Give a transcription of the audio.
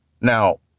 Now